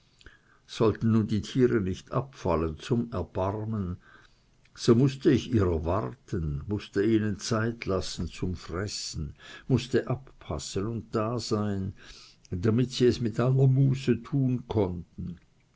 sollten nun die tiere nicht abfallen zum erbarmen so mußte ich ihrer warten mußte ihnen zeit lassen zum fressen mußte abpassen und da sein damit sie es mit aller muße tun konnten